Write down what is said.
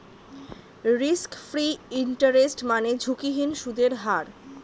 risk free interest মানে ঝুঁকিহীন সুদের হার